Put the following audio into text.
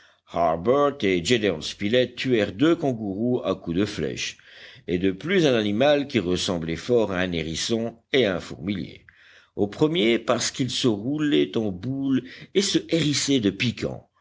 tuèrent deux kangourous à coups de flèche et de plus un animal qui ressemblait fort à un hérisson et à un fourmilier au premier parce qu'il se roulait en boule et se hérissait de piquants